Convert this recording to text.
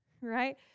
right